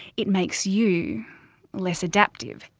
it makes you less adaptive.